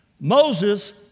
Moses